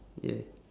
yeah